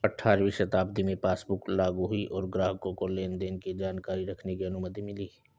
अठारहवीं शताब्दी में पासबुक लागु हुई और ग्राहकों को लेनदेन की जानकारी रखने की अनुमति मिली